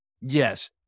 Yes